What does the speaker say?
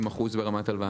75%-90% ברמת ההלוואה.